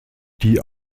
die